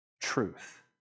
truth